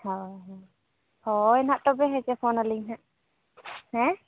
ᱦᱚᱭ ᱦᱚᱭ ᱦᱚᱭ ᱱᱟᱦᱟᱜ ᱛᱚᱵᱮ ᱦᱮᱸᱪᱮ ᱯᱷᱳᱱᱟᱞᱤᱧ ᱦᱟᱜ ᱦᱮᱸ